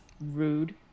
rude